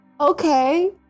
Okay